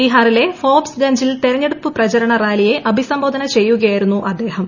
ബിഹാറിലെ ഫോർബ്സ്ഗഞ്ചിൽ തെരഞ്ഞെടുപ്പ് പ്രചരണ റാലിയെ അഭിസംബോധന ചെയ്യുകയായിരുന്നു അദ്ദേഹം